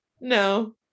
no